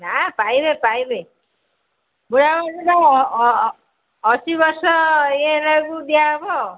ନା ପାଇବେ ପାଇବେ ବୁଢ଼ା ବୁଢ଼ୀର ଅଶୀ ବର୍ଷ ଇଏ ହେଲାବେଳକୁ ଦିଆହେବ